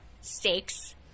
Steaks